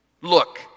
Look